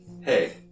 Hey